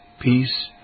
peace